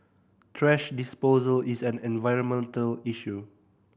thrash disposal is an environmental issue